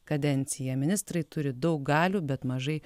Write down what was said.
kadenciją ministrai turi daug galių bet mažai